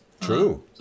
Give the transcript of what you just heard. True